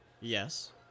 Yes